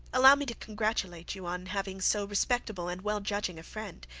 allow me to congratulate you on having so respectable and well-judging a friend,